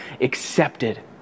accepted